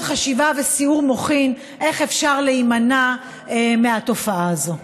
חשיבה וסיעור מוחין איך אפשר להימנע מהתופעה הזאת.